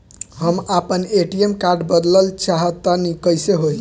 हम आपन ATM card बदलल चाह तनि कइसे होई?